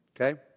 okay